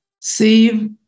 save